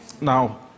Now